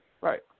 Right